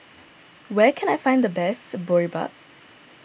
where can I find the best Boribap